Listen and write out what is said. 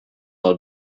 are